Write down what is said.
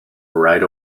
right